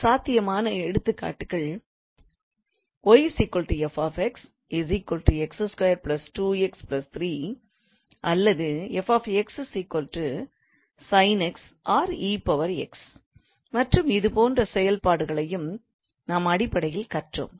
சாத்தியமான எடுத்துக்காட்டுகள் அல்லது மற்றும் இதுபோன்ற செயல்பாடுகளையும் நாம் அடிப்படையில் கற்றோம்